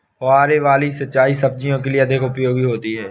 फुहारे वाली सिंचाई सब्जियों के लिए अधिक उपयोगी होती है?